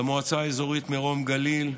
למועצה האזורית מרום הגליל,